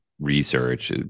research